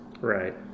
Right